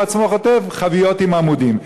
הוא עצמו כותב "חביות עם עמודים".